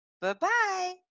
Bye-bye